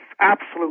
absolute